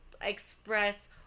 express